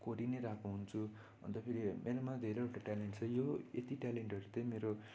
कोरी नै रहेको हुन्छु अन्त फेरि मेरोमा धेरैवटा ट्यालेन्ट छ यो यति ट्यालेन्टहरू त्यही मेरो